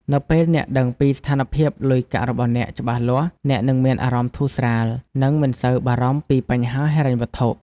នៅពេលអ្នកដឹងពីស្ថានភាពលុយកាក់របស់អ្នកច្បាស់លាស់ អ្នកនឹងមានអារម្មណ៍ធូរស្រាល និងមិនសូវបារម្ភពីបញ្ហាហិរញ្ញវត្ថុ។